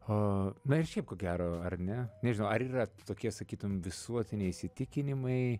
o na ir šiaip ko gero ar ne nežinau ar yra tokie sakytum visuotiniai įsitikinimai